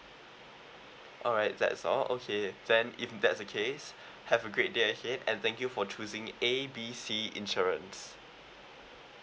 alright that's all okay then if that's the case have a great day ahead and thank you for choosing A B C insurance